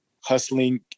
hustling